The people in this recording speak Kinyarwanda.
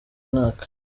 mwaka